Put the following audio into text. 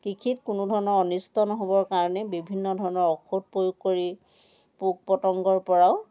কৃষিত কোনোধৰণৰ অনিষ্ট নহ'বৰ কাৰণে বিভিন্ন ধৰণৰ ঔষধ প্ৰয়োগ কৰি পোক পতংগৰ পৰাও